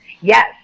yes